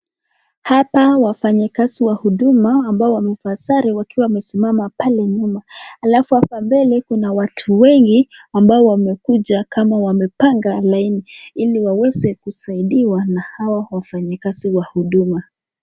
Hapa wafanyikazi wa huduma ambao wamevaa sare wakiwa wamesimama pale nyuma. Alafu hapa mbele kuna watu wengi ambao wamekuja kama wamepanga laini ili waweze kusaidiwa na hawa wafanyikazi wa huduma.